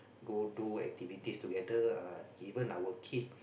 go do activities together ah even our kid